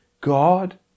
God